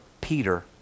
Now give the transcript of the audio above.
Peter